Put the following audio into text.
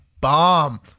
bomb